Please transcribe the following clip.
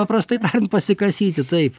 paprastai tariant pasikasyti taip